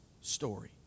story